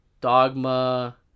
dogma